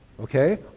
Okay